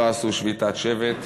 לא עשו שביתת שבת,